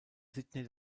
sydney